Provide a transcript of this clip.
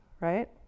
right